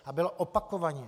A byl opakovaně.